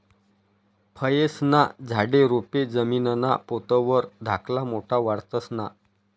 फयेस्ना झाडे, रोपे जमीनना पोत वर धाकला मोठा वाढतंस ना?